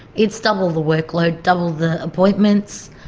it's double the workload, double the appointments.